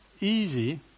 easy